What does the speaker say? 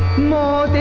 more